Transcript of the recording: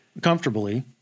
comfortably